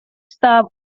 став